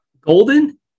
Golden